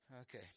Okay